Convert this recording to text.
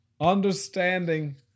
Understanding